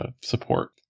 support